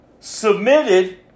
Submitted